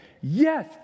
yes